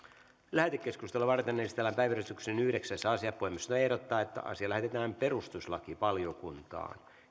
lähetekeskustelua varten esitellään päiväjärjestyksen yhdeksäs asia puhemiesneuvosto ehdottaa että asia lähetetään perustuslakivaliokuntaan